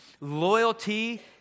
loyalty